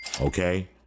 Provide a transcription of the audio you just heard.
Okay